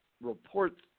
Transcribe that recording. reports